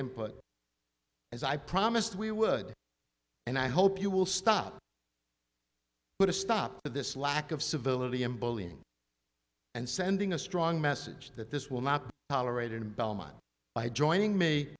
input as i promised we would and i hope you will stop put a stop to this lack of civility and bullying and sending a strong message that this will not be tolerated in belmont by joining me